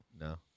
No